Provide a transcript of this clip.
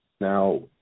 now